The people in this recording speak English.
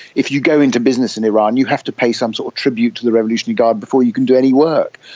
if you go into business in iran you have to pay some sort of tribute to the revolutionary guard before you can do any work.